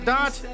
Dot